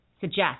suggest